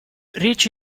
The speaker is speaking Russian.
речь